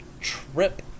trip